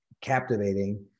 captivating